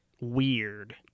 weird